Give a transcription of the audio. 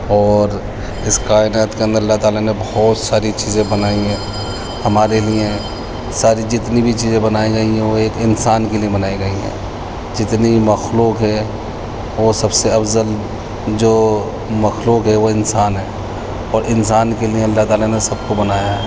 اور اس کائنات کے اندر اللہ تعالیٰ نے بہت ساری چیزیں بنائی ہیں ہمارے لیے ساری جتنی بھی چیزیں بنائی گئی ہیں وہ ایک انسان کے لیے بنائی گئی ہیں جتنی مخلوق ہے وہ سب سے افضل جو مخلوق ہے وہ انسان ہیں اور انسان کے لیے اللہ تعالیٰ نے سب کو بنایا ہے